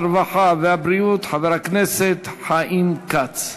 הרווחה והבריאות חבר הכנסת חיים כץ.